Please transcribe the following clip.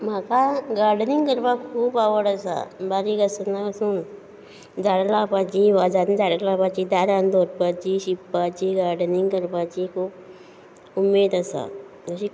म्हाका गार्डनिंग करपाक खूब आवड आसा बारीक आसतना पासून झाडां लावपाची वाजांनी झाडां लावपाची दारांत दवरपाची शिंपपाची गार्डनिंग करपाची खूब उमेद आसा तशी